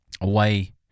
away